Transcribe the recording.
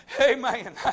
Amen